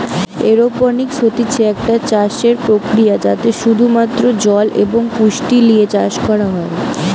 aeroponics হতিছে একটা চাষসের প্রক্রিয়া যাতে শুধু মাত্র জল এবং পুষ্টি লিয়ে চাষ করা হয়